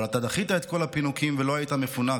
אבל אתה דחית את כל הפינוקים ולא היית מפונק.